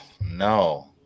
no